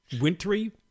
wintry